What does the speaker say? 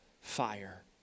fire